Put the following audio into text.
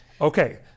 Okay